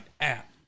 app